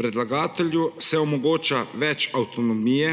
Predlagatelju se omogoča več avtonomije,